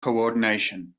coordination